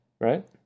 right